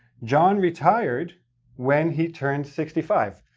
john retired when he turned sixty five.